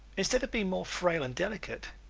instead of being more frail and delicate,